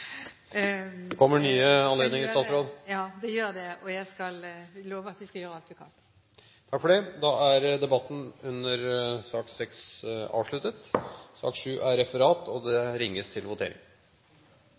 kommer nye anledninger! Ja, det gjør det, og jeg skal love at vi skal gjøre alt vi kan. Takk for det! Dermed er debatten i sak nr. 6 avsluttet. Da er